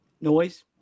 Noise